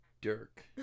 Dirk